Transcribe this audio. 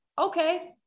okay